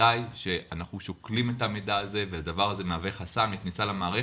בוודאי שאנחנו שוקלים את המידע הזה והדבר הזה מהווה חסם לכניסה למערכת,